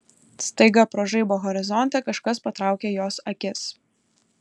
staiga pro žaibą horizonte kažkas patraukė jos akis